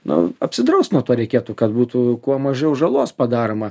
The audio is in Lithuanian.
nu apsidraust nuo to reikėtų kad būtų kuo mažiau žalos padaroma